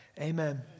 Amen